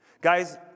Guys